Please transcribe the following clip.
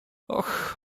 och